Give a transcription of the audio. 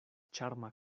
ĉarma